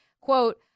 Quote